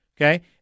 Okay